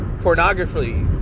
pornography